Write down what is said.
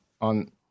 on